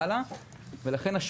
לכן,